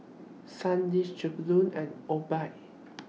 Sandisk Jollibean and Obike